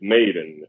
Maiden